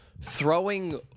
throwing